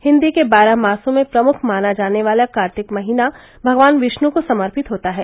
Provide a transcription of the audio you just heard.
हिंदी के बारह मासों में प्रमुख माना जाने वाला कार्तिक महीना भगवान विष्णु को समर्पित होता है